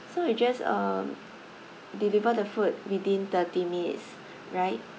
so we just uh deliver the food within thirty minutes right